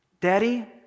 Daddy